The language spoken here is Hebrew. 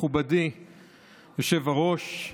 מכובדי היושב-ראש,